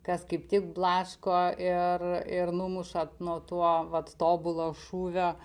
kas kaip tik blaško ir ir numuša nuo to tobulo šūvio